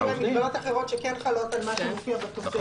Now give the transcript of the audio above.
יש מגבלות אחרות שכן חלות על מה שמופיע בסוף הסעיף.